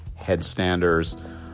headstanders